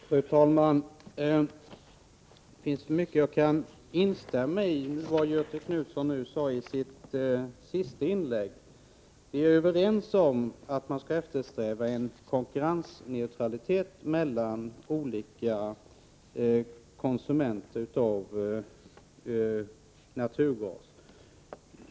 Fru talman! Det finns mycket jag kan instämma i av det som Göthe Knutson sade i sitt senaste inlägg. Vi är överens om att man skall eftersträva en konkurrensneutralitet mellan olika konsumenter av naturgas.